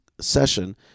session